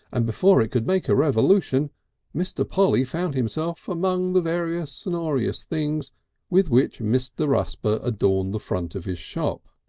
and before it could make a revolution mr. polly found himself among the various and ah sonorous things with which mr. rusper adorned the front of his shop,